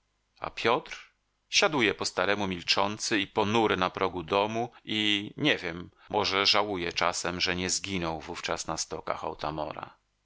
a piotr siaduje po staremu milczący i ponury na progu domu i nie wiem może żałuje czasem że nie zginął wówczas na stokach